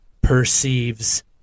perceives